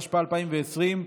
התשפ"א 2020,